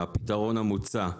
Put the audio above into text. הפתרון המוצע הוא